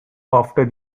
after